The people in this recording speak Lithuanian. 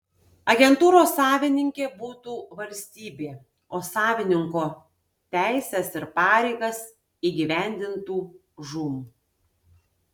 agentūros savininkė būtų valstybė o savininko teises ir pareigas įgyvendintų žūm